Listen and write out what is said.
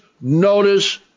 notice